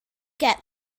get